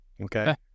Okay